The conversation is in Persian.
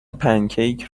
پنکیک